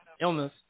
illness